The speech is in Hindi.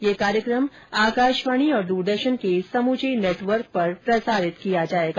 यह कार्यक्रम आकाशवाणी और दूरदर्शन के समूचे नेटवर्क पर प्रसारित किया जाएगा